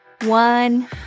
one